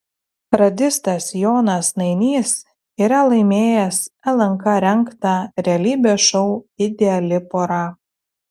radistas jonas nainys yra laimėjęs lnk rengtą realybės šou ideali pora